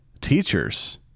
teachers